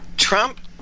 Trump